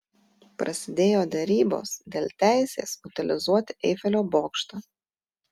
prasidėjo derybos dėl teisės utilizuoti eifelio bokštą